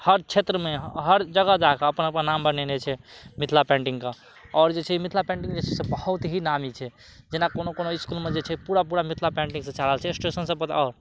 हर क्षेत्रमे हर जगह जाकऽ अपन अपन नाम बनेने छै मिथिला पेन्टिंगके आओर जे छै मिथिला पेन्टिंग जे छै से बहुत ही नामी छै जेना कोनो कोनो इसकुलमे जे छै पूरा पूरा मिथिला पेन्टिंगसँ छारल छै स्टेशन सब पर आओर